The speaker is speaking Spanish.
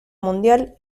mundial